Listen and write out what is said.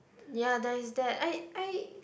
ya then is that I I